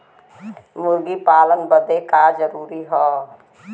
मुर्गी पालन बदे का का जरूरी ह?